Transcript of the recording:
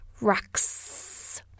Rocks